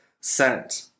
sent